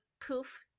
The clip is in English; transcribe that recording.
poof